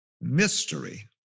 mystery